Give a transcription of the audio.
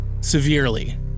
severely